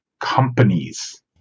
companies